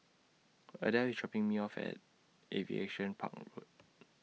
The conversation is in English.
Adell IS dropping Me off At Aviation Park Road